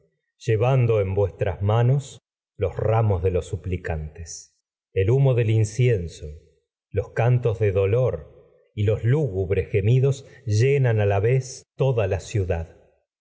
llevando en vuestras manos los ramos plicantes el humo del incienso los cantos de y dolor los yo lúgubres gemidos llenan a la vez toda la ciudad